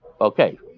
okay